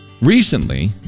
Recently